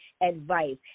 advice